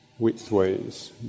widthways